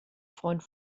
freund